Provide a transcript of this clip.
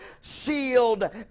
sealed